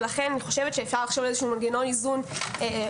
ולכן אני חושבת שאפשר לחשוב על איזשהו מנגנון איזון ראוי,